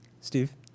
Steve